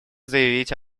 заявить